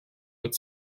with